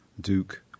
Duke